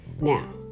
Now